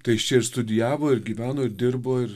tai jis čia ir studijavo ir gyveno ir dirbo ir